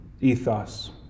Ethos